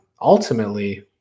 ultimately –